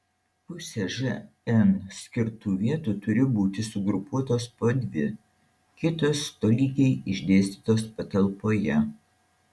pusė žn skirtų vietų turi būti sugrupuotos po dvi kitos tolygiai išdėstytos patalpoje